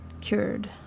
cured